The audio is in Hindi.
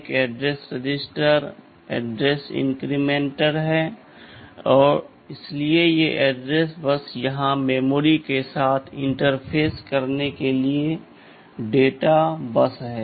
एक एड्रेस रजिस्टर एड्रेस इन्क्रीमेंटर है इसलिए ये एड्रेस बस हैं और यहाँ मेमोरी के साथ इंटरफेस करने के लिए डेटा बस है